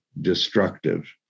destructive